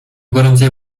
gorącej